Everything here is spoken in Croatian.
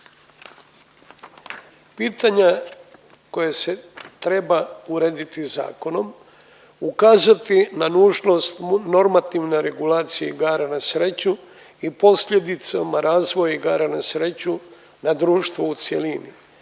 Pitanje koje se treba urediti zakonom, ukazati na nužnost normativne regulacije igara na sreću i posljedicama razvoja igara na sreću na društvo u cjelini.